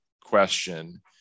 question